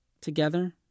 together